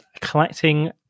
collecting